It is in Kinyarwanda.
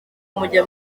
mujya